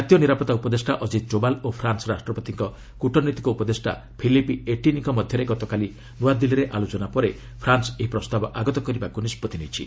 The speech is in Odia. କାତୀୟ ନିରାପତ୍ତା ଉପଦେଷ୍ଟା ଅଜିତ୍ ଡୋବାଲ୍ ଓ ଫ୍ରାନ୍ସ୍ ରାଷ୍ଟ୍ରପତିଙ୍କ କ୍ରଟନୈତିକ ଉପଦେଷ୍ଟା ଫିଲିପି ଏଟିନୀଙ୍କ ମଧ୍ୟରେ ଗତକାଲି ନ୍ନଆଦିଲ୍ଲୀରେ ଆଲୋଚନା ପରେ ଫ୍ରାନ୍ସ୍ ଏହି ପ୍ରସ୍ତାବ ଆଗତ କରିବାକୁ ନିଷ୍ପଭି ନେଇଛି